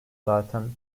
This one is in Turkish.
zaten